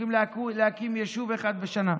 מצליחים להקים יישוב אחד בשנה.